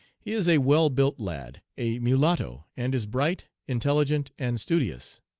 he is a well-built lad, a mulatto, and is bright, intelligent, and studious.